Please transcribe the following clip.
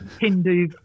Hindu